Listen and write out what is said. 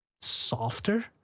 softer